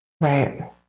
Right